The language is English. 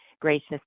gracious